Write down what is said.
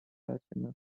alchemist